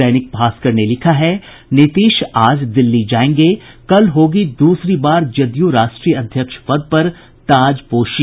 दैनिक भास्कर ने लिखा है नीतीश आज दिल्ली जायेंगे कल होगी दूसरी बार जदयू राष्ट्रीय अध्यक्ष पद पर ताजपोशी